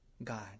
God